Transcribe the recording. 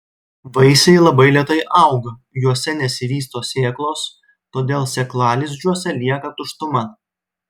vaisiai labai lėtai auga juose nesivysto sėklos todėl sėklalizdžiuose lieka tuštuma